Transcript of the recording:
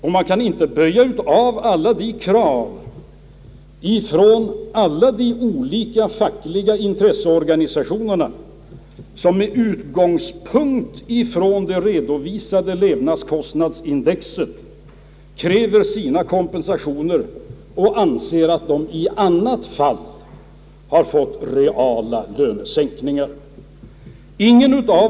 Man kan inte heller böja av alla de krav från olika fackliga intresseorganisationer, vilka med utgångspunkt från den redovisade stegringen i levnadskostnadsindex skulle kräva kompensation och anser att de i annat fall har fått reala lönesänkningar.